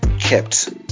kept